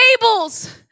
tables